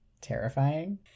terrifying